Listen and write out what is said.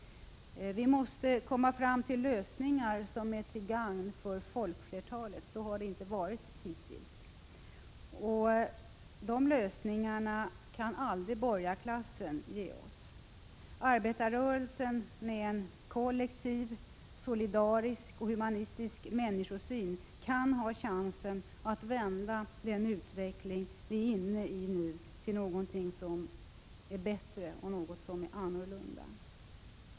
Vi måste komma fram till lösningar som är till gagn för folkflertalet — så har det inte varit hittills — och de lösningarna kan aldrig borgarklassen ge oss. Arbetarrörelsen med en kollektiv, solidarisk och humanistisk människosyn har chansen att vända den utveckling som vi nu är inne i till något annat och bättre.